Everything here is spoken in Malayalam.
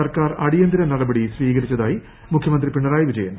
സർക്കാർ അടിയന്തിര നടപടി സ്വീകരിച്ചതായി മുഖ്യമന്ത്രി പിണറായി വിജയൻ